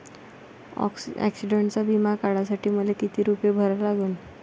ॲक्सिडंटचा बिमा काढा साठी मले किती रूपे भरा लागन?